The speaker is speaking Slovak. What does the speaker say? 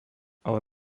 ale